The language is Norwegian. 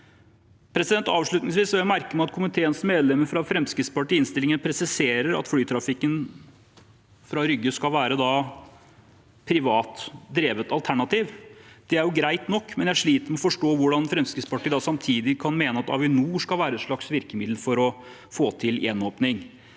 Avslutningsvis: Jeg merker meg at komiteens medlemmer fra Fremskrittspartiet i innstillingen presiserer at «flytrafikk fra Rygge skal være et privat drevet alternativ». Det er greit nok, men jeg sliter med å forstå hvordan Fremskrittspartiet samtidig kan mene at Avinor skal være et slags virkemiddel for å få til gjenåpning.